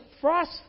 frost